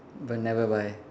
but never buy